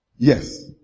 Yes